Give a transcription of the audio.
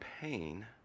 pain